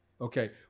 okay